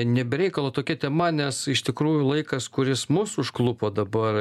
ne be reikalo tokia tema nes iš tikrųjų laikas kuris mus užklupo dabar